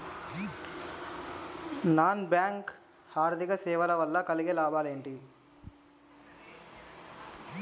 Non bank ఆర్థిక సేవల వల్ల కలిగే లాభాలు ఏమిటి?